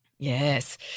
Yes